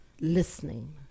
listening